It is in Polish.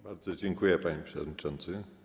Bardzo dziękuję, panie przewodniczący.